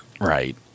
Right